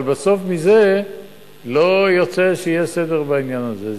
אבל בסוף, מזה לא יוצא שיש סדר בעניין הזה.